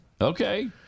Okay